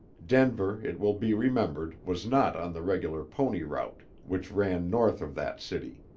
denver, it will be remembered, was not on the regular pony route, which ran north of that city.